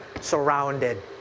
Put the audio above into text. surrounded